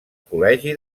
col·legi